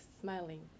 smiling